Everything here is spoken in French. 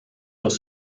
quand